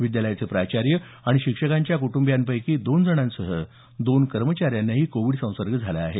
विद्यालयाचे प्राचार्य आणि शिक्षकांच्या कुटुंबियांपैकी दोन जणांसह दोन कर्मचाऱ्यांनाही कोविड लागण झाली आहे